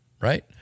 right